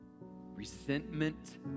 Resentment